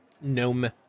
gnome